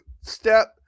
step